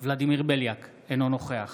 ולדימיר בליאק, אינו נוכח